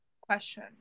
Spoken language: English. question